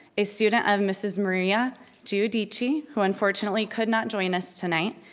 a student of mrs. maria judichi, who unfortunately could not join us tonight,